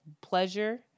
pleasure